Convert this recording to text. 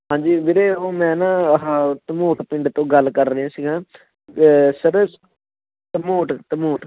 ਹਾਂਜੀ ਵੀਰੇ ਉਹ ਮੈਂ ਨਾ ਆਹਾ ਧਨੋਟ ਪਿੰਡ ਤੋਂ ਗੱਲ ਕਰ ਰਿਹਾ ਸੀਗਾ ਸਰ ਧਨੋਟ ਧਨੋਟ